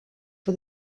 for